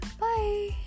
bye